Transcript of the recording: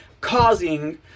Causing